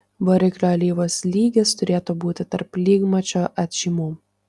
variklio alyvos lygis turėtų būti tarp lygmačio atžymų